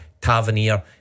Tavernier